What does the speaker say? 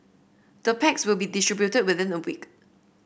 the packs will be distributed within a week